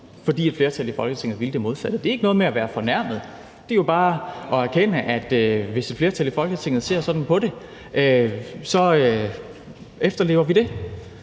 fordi et flertal i Folketinget ville det modsatte. Og det er ikke noget med at være fornærmet, men det er jo bare at erkende, at hvis et flertal i Folketinget ser sådan på det, efterlever vi det,